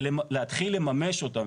ולהתחיל לממש אותם.